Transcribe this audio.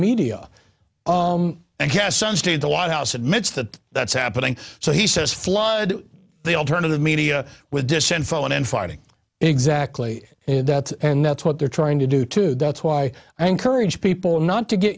cass sunstein the white house admits that that's happening so he says flood the alternative media with dissent phone and farting exactly that and that's what they're trying to do too that's why i encourage people not to get